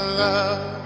love